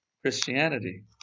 christianity